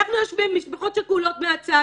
יושבות משפחות שכולות מהצד